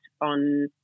on